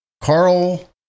Carl